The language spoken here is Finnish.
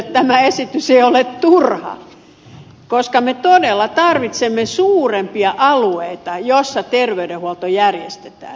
tämä esitys ei ole turha koska me todella tarvitsemme suurempia alueita jossa terveydenhuolto järjestetään